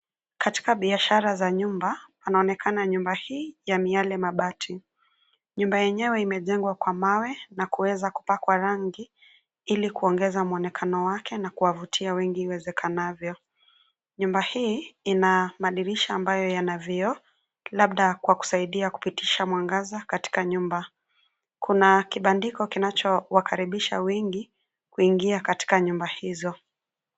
Katika biashara za nyumba panaonekana nyumba hii ya miale mabati. Nyumba yenyewe imejengwa kwa mawe, na kuweza kupakwa rangi ili kuongeza mwonekano wake na kuwavutia wengi iwezekanavyo. Nyumba hii ina madirisha ambayo yana vioo, labda kwa kusaidia kupitisha mwangaza katika nyumba. Kuna kibandiko kinacho wakaribisha wengi kuingia katika nyumba hizo.